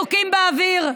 כי לא ראינו מסוקים באוויר,